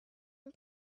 and